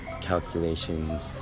calculations